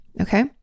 okay